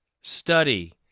Study